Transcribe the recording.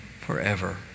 forever